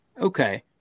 okay